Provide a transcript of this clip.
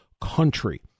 country